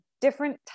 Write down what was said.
different